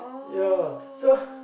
yeah so